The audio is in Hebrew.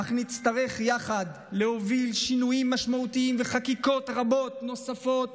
אך נצטרך יחד להוביל שינויים משמעותיים וחקיקות רבות נוספות